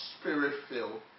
Spirit-filled